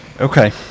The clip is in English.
Okay